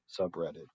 subreddit